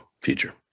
future